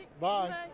Bye